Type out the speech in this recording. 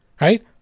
right